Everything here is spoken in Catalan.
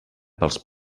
pels